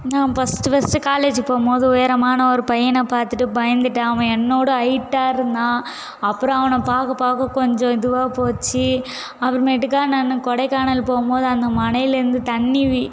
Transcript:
நான் first first college போகும் போது உயரமான ஒரு பையனை பார்த்துட்டு பயந்துட்டேன் அவன் என்னோடய ஹைட்டாக இருந்தான் அப்புறம் அவனை பார்க்க பார்க்க கொஞ்சம் இதுவாக போச்சு அப்புறமேட்டுக்கா நாங்கள் கொடைக்கானல் போகும் போது அந்த மலைலேருந்து தண்ணி வி